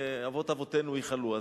שאבות אבותינו איחלו.